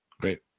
Great